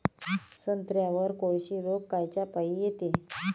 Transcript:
संत्र्यावर कोळशी रोग कायच्यापाई येते?